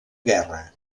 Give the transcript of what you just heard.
guerra